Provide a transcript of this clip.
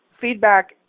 feedback